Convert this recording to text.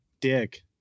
dick